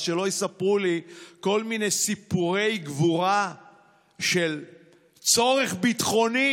אז שלא יספרו לי כל מיני סיפורי גבורה של צורך ביטחוני.